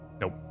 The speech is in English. nope